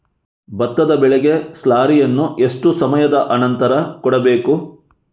ಭತ್ತದ ಬೆಳೆಗೆ ಸ್ಲಾರಿಯನು ಎಷ್ಟು ಸಮಯದ ಆನಂತರ ಕೊಡಬೇಕು?